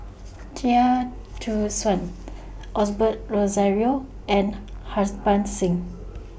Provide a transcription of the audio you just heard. Chia Choo Suan Osbert Rozario and Harbans Singh